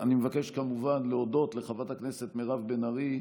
אני מבקש, כמובן, להודות לחברת הכנסת מירב בן ארי,